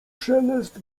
szelest